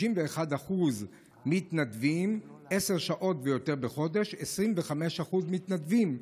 31% מתנדבים, עשר שעות ויותר בחודש, 25% מתנדבים,